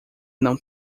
não